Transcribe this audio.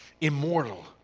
immortal